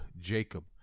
Jacob